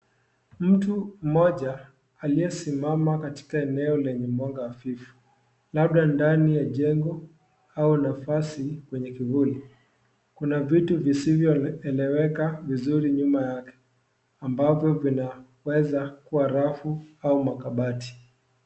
Mtu mmoja aliyesimama katika eneo lenye mwanga wavivu, labda ndani ya jengo au nafasi kwenye kivuli. Kuna vitu vizivyoeleweka vizuri nyuma yake ambavyo vinaweza kuwa rafu au makabati.